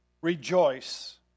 rejoice